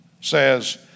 says